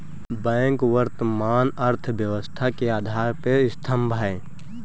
bank वर्तमान अर्थव्यवस्था के आधार स्तंभ है